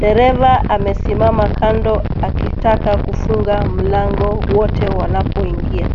Dereva amesimama kando akitaka kufunga mlango wote wanapoingia.